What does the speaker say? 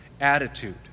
attitude